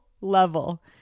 level